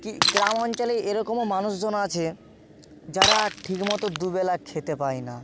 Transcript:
কি গ্রাম অঞ্চলে এরকমও মানুষজন আছে যারা ঠিক মতো দুবেলা খেতে পায় না